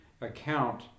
account